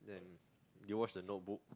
then do you watch the notebook